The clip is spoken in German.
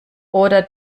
oder